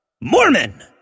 Mormon